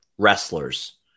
wrestlers